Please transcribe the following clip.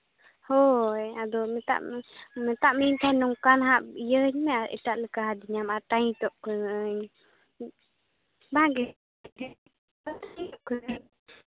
ᱦᱳᱭ ᱟᱫᱚ ᱢᱮᱛᱟᱜ ᱢᱮᱛᱟᱜ ᱢᱮᱭᱟᱹᱧ ᱠᱷᱟᱱ ᱱᱚᱝᱠᱟ ᱦᱟᱸᱜ ᱤᱭᱟᱹ ᱟᱹᱧ ᱢᱮ ᱟᱨ ᱮᱴᱟᱜ ᱞᱮᱠᱟ ᱟᱹᱫᱤᱧᱟᱢ ᱟᱨ ᱴᱟᱭᱤᱴᱚᱜ ᱠᱟᱱᱟᱹᱧ ᱵᱟᱝ ᱜᱮ